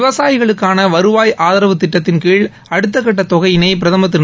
விவசாயிகளுக்கான வருவாய் ஆதரவு திட்டத்தின்கீழ் அடுத்தக்கட்ட தொகையினை பிரதமா் திரு